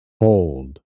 Hold